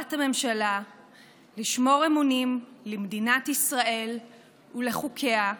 כחברת הממשלה לשמור אמונים למדינת ישראל ולחוקיה,